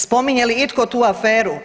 Spominje li itko tu aferu?